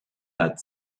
that